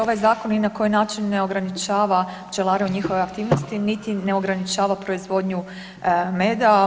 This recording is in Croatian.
Ovaj zakon ni na koji način ne ograničava pčelare u njihovoj aktivnosti niti ne ograničava proizvodnju meda.